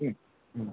മ് മ്